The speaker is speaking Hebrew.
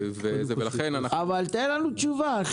תן לנו תשובה.